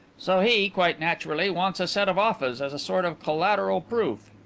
so he quite naturally wants a set of offas as a sort of collateral proof.